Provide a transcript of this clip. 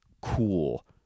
cool